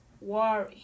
worry